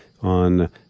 on